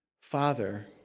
father